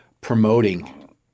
promoting